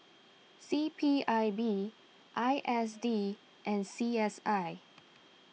C P I B I S D and C S I